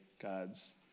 God's